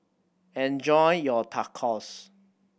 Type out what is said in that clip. enjoy your Tacos